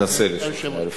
אנסה לפחות.